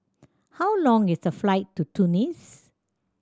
how long is the flight to Tunis